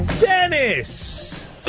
Dennis